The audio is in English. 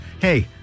hey